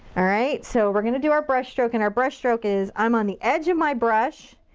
alright? so we're gonna do our brush stroke and our brush stroke is, i'm on the edge of my brush.